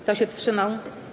Kto się wstrzymał?